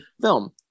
film